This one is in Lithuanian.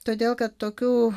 todėl kad tokiu